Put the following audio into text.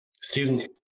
student